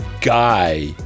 guy